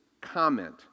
comment